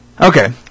Okay